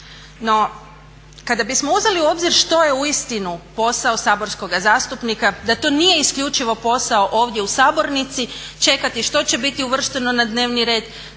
No kada bismo uzeli u obzir što je uistinu posao saborskoga zastupnika, da to nije isključivo posao ovdje u sabornici čekati što će biti uvršteno na dnevni red,